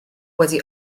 wedi